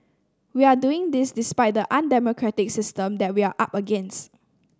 we are doing this despite the undemocratic system that we are up against